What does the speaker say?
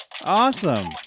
awesome